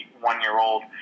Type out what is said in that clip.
one-year-old